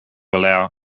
allow